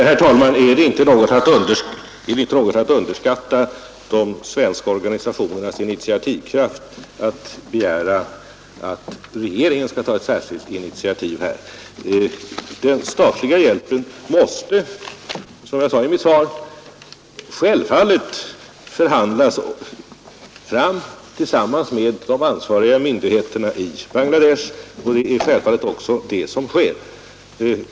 Herr talman! Är det inte att underskatta de svenska organisationernas initiativkraft att begära att regeringen skall behöva särskilt uppmana dem att söka större bidrag? Den statliga hjälpen måste, som jag sade i mitt svar, självfallet förhandlas fram tillsammans med de ansvariga myndigheterna i Bangladesh, och det är givetvis också det som sker.